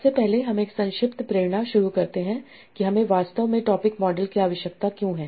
सबसे पहले हम एक संक्षिप्त प्रेरणा शुरू करते हैं कि हमें वास्तव में टॉपिक मॉडल की आवश्यकता क्यों है